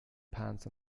pants